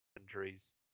injuries